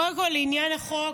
קודם כול לעניין החוק,